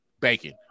bacon